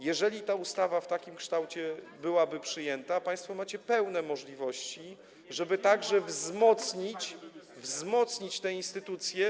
Jeżeli ta ustawa w takim kształcie byłaby przyjęta, państwo macie pełne możliwości, żeby także wzmocnić tę instytucję.